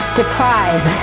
deprive